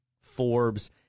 Forbes